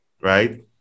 right